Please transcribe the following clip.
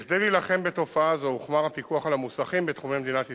כדי להילחם בתופעה הזו הוחמר הפיקוח על המוסכים בתחומי מדינת ישראל,